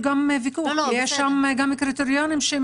אימאן ח'טיב יאסין (רע"מ - רשימת